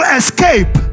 escape